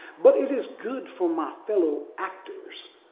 but it is good for my fellow actors.